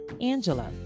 Angela